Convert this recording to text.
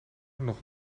nog